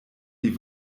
die